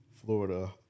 Florida